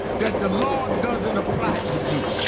then the law doesn't apply to you.